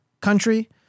country